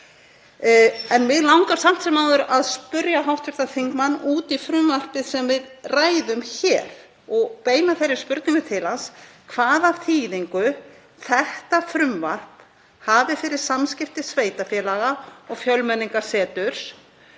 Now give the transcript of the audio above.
Mig langar samt sem áður að spyrja hv. þingmann út í frumvarpið sem við ræðum hér og beina þeirri spurningu til hans hvaða þýðingu þetta frumvarp hafi fyrir samskipti sveitarfélaga og Fjölmenningarsetur